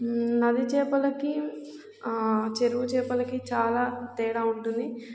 నది చేపలకి చెరువు చేపలకి చాలా తేడా ఉంటుంది